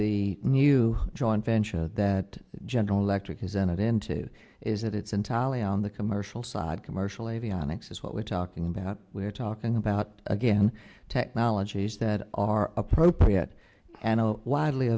the new joint venture that general electric has entered into is that it's entirely on the commercial side commercial avionics is what we're talking about we're talking about again technologies that are appropriate and widely